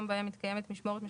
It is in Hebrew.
'מענק עבודה לא יהיה תלוי בילדים'.